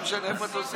למה אתה מושך את הזמן?